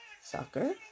soccer